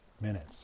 minutes